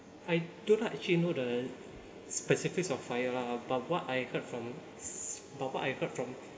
I don't actually know the specifics of FIRE lah but what I heard from but what I heard from